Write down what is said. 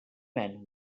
man